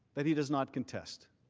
that he does not contest.